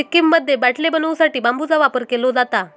सिक्कीममध्ये बाटले बनवू साठी बांबूचा वापर केलो जाता